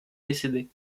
décédé